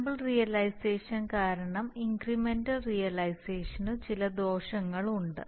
sample realisation കാരണം incremental റിയലൈസേഷനു ചില ദോഷങ്ങളുമുണ്ട്